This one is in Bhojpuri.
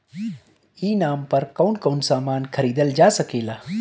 ई नाम पर कौन कौन समान खरीदल जा सकेला?